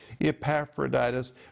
Epaphroditus